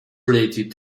related